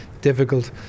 difficult